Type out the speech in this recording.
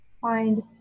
find